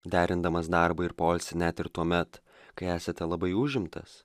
derindamas darbą ir poilsį net ir tuomet kai esate labai užimtas